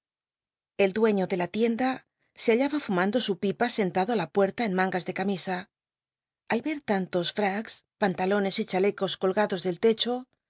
el dueiío de la ti enda se hallaba fumando su pipa sentado la puerta en mangas de camisa al rer tantos fracs pantalones y chalecos colgados del lecho